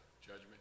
Judgment